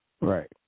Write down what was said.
Right